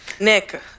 Nick